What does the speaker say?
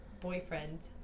boyfriend